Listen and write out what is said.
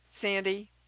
Sandy